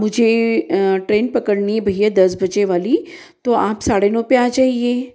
मुझे ट्रेन पकड़नी है भैया दस बजे वाली तो आप साढ़े नौ पर आ जाइए